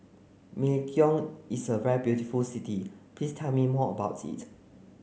Melekeok is a very beautiful city Please tell me more about it